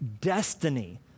destiny